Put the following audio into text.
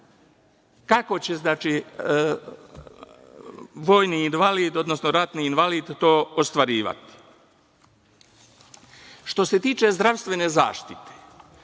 kako će taj vojni invalid, ratni invalid, to ostvarivati. Što se tiče zdravstvene zaštite,